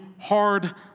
hard